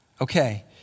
Okay